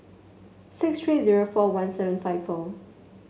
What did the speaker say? six three zero four one seven five four